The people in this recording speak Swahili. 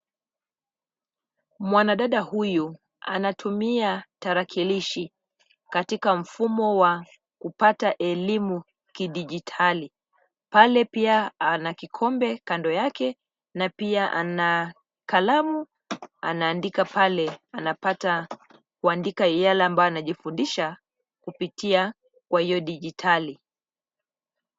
Mwanadada huyu anatumia tarakilishi katika mfumo wa kupata elimu kidijitali. Pale pia ana kikombe kando yake na pia ana kalamu anaandika pale anapata kuandika yale ambayo anajifundisha kupitia kwa hiyo dijitali.